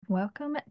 Welcome